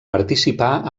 participà